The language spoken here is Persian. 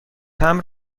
مبر